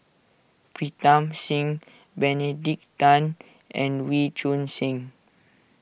Pritam Singh Benedict Tan and Wee Choon Seng